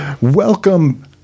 Welcome